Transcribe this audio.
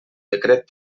decret